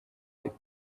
like